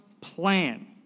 plan